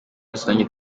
rusange